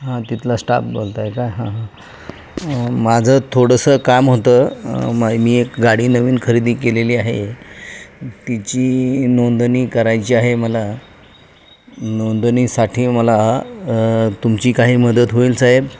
हां तिथला स्टाफ बोलत आहे का हां हां माझं थोडंसं काम होतं मै मी एक गाडी नवीन खरेदी केलेली आहे तिची नोंदणी करायची आहे मला नोंदणीसाठी मला तुमची काही मदत होईल साहेब